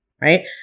right